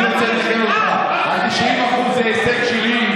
אני רוצה לעדכן אותך: ה-90% זה הישג שלי,